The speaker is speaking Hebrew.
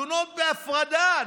חתונות בהפרדה,